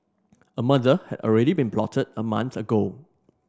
a murder had already been plotted a month ago